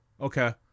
okay